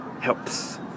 helps